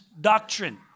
doctrine